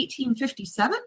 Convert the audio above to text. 1857